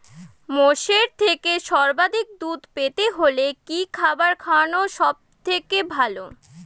মোষের থেকে সর্বাধিক দুধ পেতে হলে কি খাবার খাওয়ানো সবথেকে ভালো?